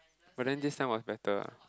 but then this time was better ah